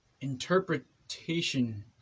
interpretation